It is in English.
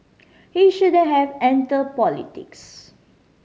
he shouldn't have entered politics